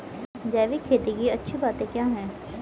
जैविक खेती की अच्छी बातें क्या हैं?